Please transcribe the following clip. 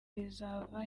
rizava